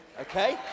Okay